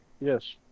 Yes